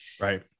Right